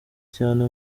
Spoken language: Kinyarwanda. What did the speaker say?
cyane